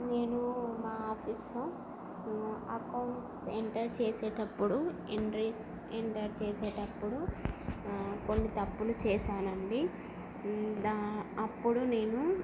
నేను మా ఆఫీస్లో అకౌంట్స్ ఎంటర్ చేసేటప్పుడు ఎంట్రీస్ ఎంటర్ చేసేటప్పుడు కొన్ని తప్పులు చేసానండి అప్పుడు నేను